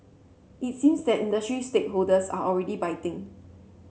it seems that industry stakeholders are already biting